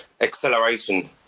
acceleration